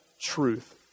truth